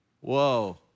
whoa